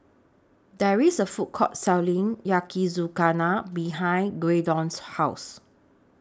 There IS A Food Court Selling Yakizakana behind Graydon's House